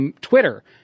Twitter